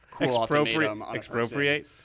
expropriate